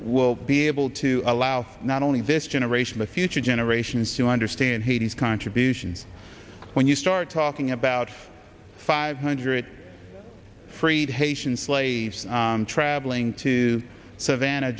would be able to allow not only this generation the future generations to understand haiti's contributions when you start talking about five hundred freed haitian slaves traveling to savannah